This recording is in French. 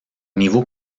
niveau